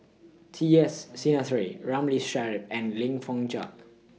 T S Sinnathuray Ramli Sarip and Lim Fong Jock David